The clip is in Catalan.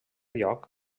lloc